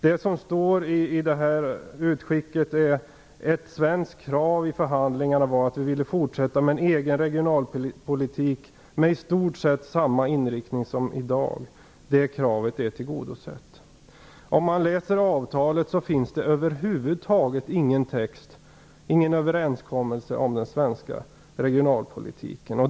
Det står i utskicket att det svenska kravet i förhandlingarna om att Sverige ville fortsätta med sin egen regionalpolitik, med i stort sett samma inriktning som i dag, är tillgodosett. Men om man läser avtalet finner man över huvud taget ingen text om någon överenskommelse om den svenska regionalpolitiken.